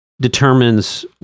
determines